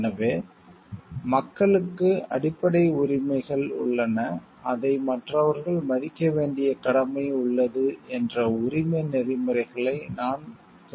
எனவே மக்களுக்கு அடிப்படை உரிமைகள் உள்ளன அதை மற்றவர்கள் மதிக்க வேண்டிய கடமை உள்ளது என்ற உரிமை நெறிமுறைகளை நான் துண்டித்தேன்